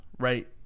Right